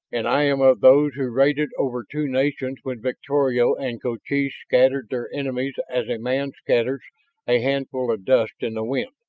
and i am of those who raided over two nations when victorio and cochise scattered their enemies as a man scatters a handful of dust in the wind.